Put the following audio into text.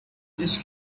this